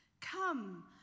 come